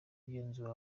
ugenzura